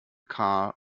car